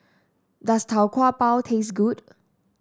does Tau Kwa Pau taste good